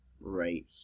right